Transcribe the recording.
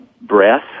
breath